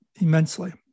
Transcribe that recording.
immensely